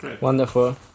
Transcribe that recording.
Wonderful